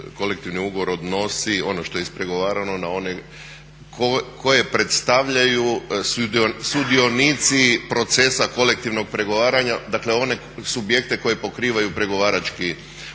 kolektivni ugovor odnosi, ono što je ispregovarano na one koje predstavljaju sudionici procesa kolektivnog pregovaranja, dakle one subjekte koji pokrivaju pregovarački